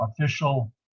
official